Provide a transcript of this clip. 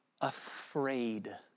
afraid